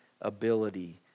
ability